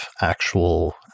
actual